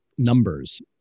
numbers